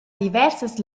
diversas